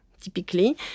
Typically